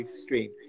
stream